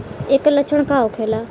ऐकर लक्षण का होखेला?